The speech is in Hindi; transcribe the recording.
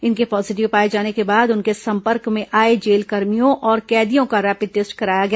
इनके पॉजिटिव पाए जाने के बाद उनके संपर्क में आए जेल कर्मियों और कैदियों का रैपिड टेस्ट कराया गया